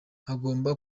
hagomba